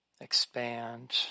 expand